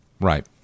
Right